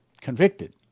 convicted